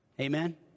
amen